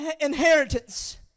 inheritance